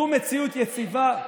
זו מציאות יציבה?